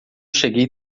cheguei